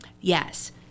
Yes